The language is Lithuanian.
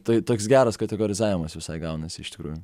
tai toks geras kategorizavimas visai gaunasi iš tikrųjų